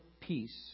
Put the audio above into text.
peace